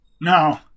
No